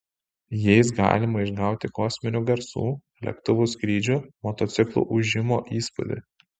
jais galima išgauti kosminių garsų lėktuvų skrydžių motociklų ūžimo įspūdį